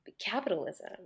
capitalism